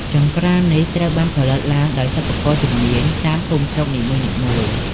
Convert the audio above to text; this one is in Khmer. ចង្ក្រាននេះត្រូវបានផលិតឡើងដោយសិប្បករជំនាញតាមភូមិស្រុកនីមួយៗ។